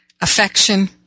affection